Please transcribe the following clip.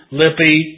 lippy